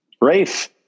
Rafe